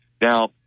now